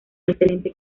excelente